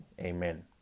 Amen